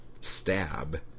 stab